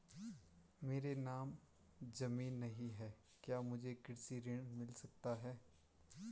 मेरे नाम ज़मीन नहीं है क्या मुझे कृषि ऋण मिल सकता है?